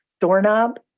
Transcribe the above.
doorknob